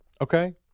Okay